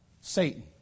Satan